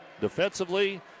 defensively